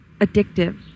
addictive